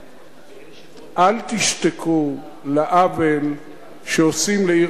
אל תשתקו על עוול שעושים לעיר הקודש ירושלים.